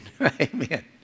Amen